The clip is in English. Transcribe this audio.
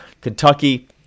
Kentucky